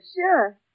sure